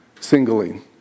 singling